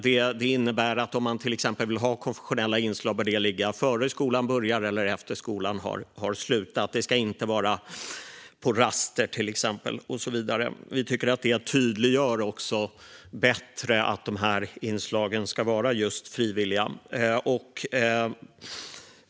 Det innebär att den skola som vill ha konfessionella inslag bör lägga dem innan skolan börjar eller efter skolan har slutat. Det ska inte vara på raster och så vidare. Vi tycker också att det tydliggör bättre att dessa inslag ska vara just frivilliga.